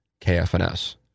kfns